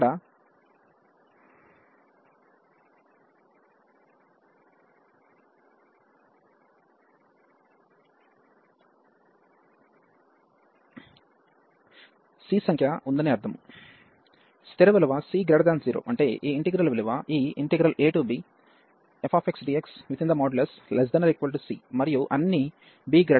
ఇక్కడ C సంఖ్యఉందని అర్థం స్థిర విలువ C 0 అంటే ఈ ఇంటిగ్రల్ విలువ ఈ abfxdx≤C మరియు అన్ని ba కి